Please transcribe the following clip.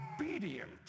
obedient